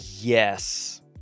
Yes